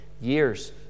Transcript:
years